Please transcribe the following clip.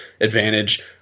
advantage